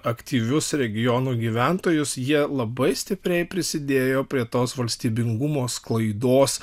aktyvius regionų gyventojus jie labai stipriai prisidėjo prie tos valstybingumo sklaidos